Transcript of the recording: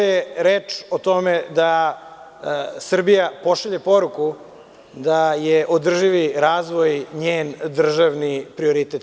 Reč je o tome da Srbija pošalje poruku da je održivi razvoj njen državni prioritet.